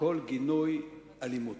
בכל גינוי אלימות.